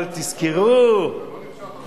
אבל תזכרו, משפט.